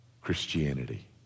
Christianity